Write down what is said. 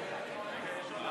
לוועדת